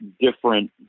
different